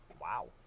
Wow